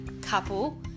couple